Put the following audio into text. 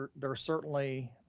they're certainly,